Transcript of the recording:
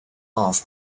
off